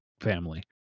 family